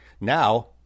Now